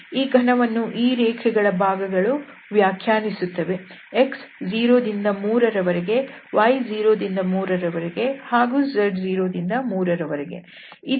ಈ ಘನವನ್ನು ಈ ರೇಖೆಗಳ ಭಾಗಗಳು ವ್ಯಾಖ್ಯಾನಿಸುತ್ತವೆ x 0 ದಿಂದ 3 ರ ವರೆಗೆ y 0 ದಿಂದ 3 ರ ವರೆಗೆ ಹಾಗೂ z 0 ದಿಂದ 3 ರ ವರೆಗೆ